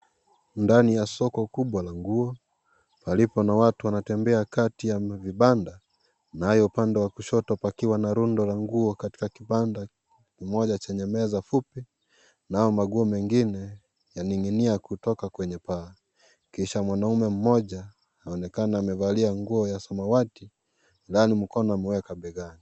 Ndani ya soko kubwa la nguo, palipo na watu wanatembea kati ya vibanda. Nayo upande wa kushoto pakiwa na rundo la nguo katika kibanda kimoja chenye meza fupi. Manguo mengine yaning'inia kutoka kwenye paa kisha, mwanaume mmoja anaonekana amevalia nguo ya samawati, na mkono ameweka begani.